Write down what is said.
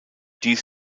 dies